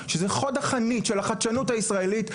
שזה חוד החנית של החדשנות הישראלית,